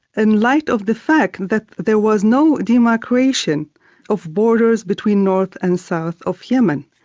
and light of the fact that there was no demarcation of borders between north and south of yemen.